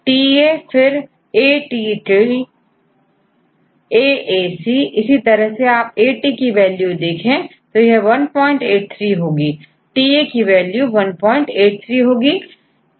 TA फिरATTAAC इसी तरह से आपAT की वैल्यू देखें183 होगीTA की वैल्यू183 है